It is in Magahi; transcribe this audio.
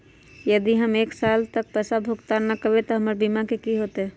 यदि हम एक साल तक पैसा भुगतान न कवै त हमर बीमा के की होतै?